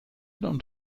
und